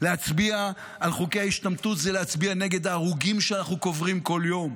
להצביע על חוקי ההשתמטות זה להצביע נגד ההרוגים שאנחנו קוברים כל יום,